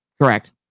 Correct